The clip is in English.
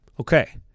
okay